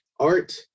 art